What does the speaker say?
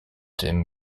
dem